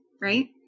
right